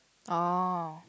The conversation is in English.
oh